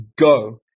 go